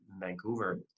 Vancouver